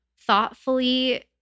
thoughtfully